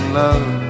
love